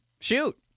shoot